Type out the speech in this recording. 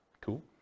Cool